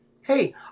Hey